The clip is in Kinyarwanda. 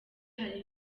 hari